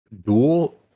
Dual